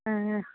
ആ ആ